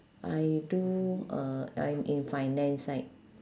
I do uh I'm in finance side